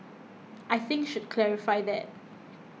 I think should clarify that